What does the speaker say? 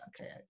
okay